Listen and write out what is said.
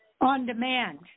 On-demand